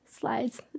slides